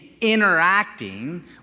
interacting